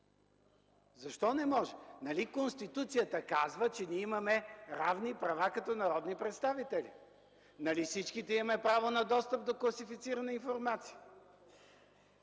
Защо не може? Нали Конституцията казва, че ние имаме равни права като народни представители? Нали всичките имаме право на достъп до класифицирана информация?